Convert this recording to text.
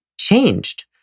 changed